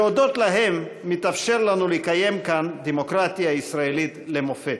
שהודות להם מתאפשר לנו לקיים כאן דמוקרטיה ישראלית למופת.